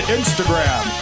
Instagram